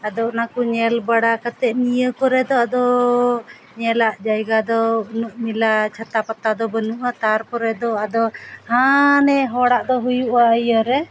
ᱟᱫᱚ ᱚᱱᱟ ᱠᱚ ᱧᱮᱞ ᱵᱟᱲᱟ ᱠᱟᱛᱮᱫ ᱱᱤᱭᱟᱹ ᱠᱚᱨᱮ ᱫᱚ ᱟᱫᱚ ᱧᱮᱞᱟᱜ ᱡᱟᱭᱜᱟ ᱫᱚ ᱩᱱᱟᱹᱜ ᱢᱮᱞᱟ ᱪᱷᱟᱛᱟ ᱯᱟᱛᱟ ᱫᱚ ᱵᱟᱹᱱᱩᱜᱼᱟ ᱛᱟᱨᱯᱚᱨᱮ ᱫᱚ ᱟᱫᱚ ᱦᱟᱱᱮ ᱦᱚᱲᱟᱜ ᱫᱚ ᱦᱩᱭᱩᱜᱼᱟ ᱤᱭᱟᱹ ᱨᱮ